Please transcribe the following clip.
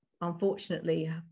unfortunately